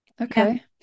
Okay